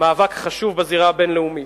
מאבק חשוב בזירה הבין-לאומית.